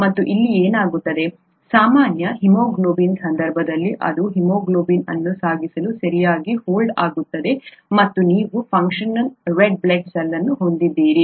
ಮತ್ತು ಇಲ್ಲಿ ಏನಾಗುತ್ತದೆ ಸಾಮಾನ್ಯ ಹಿಮೋಗ್ಲೋಬಿನ್ ಸಂದರ್ಭದಲ್ಲಿ ಅದು ಹಿಮೋಗ್ಲೋಬಿನ್ ಅನ್ನು ಸಾಗಿಸಲು ಸರಿಯಾಗಿ ಫೋಲ್ಡ್ ಆಗುತ್ತದೆ ಮತ್ತು ನೀವು ಫಂಕ್ಷನಲ್ ರೆಡ್ ಬ್ಲಡ್ ಸೆಲ್ ಅನ್ನು ಹೊಂದಿದ್ದೀರಿ